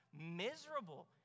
miserable